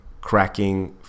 cracking